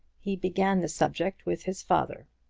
he began the subject with his father.